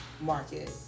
market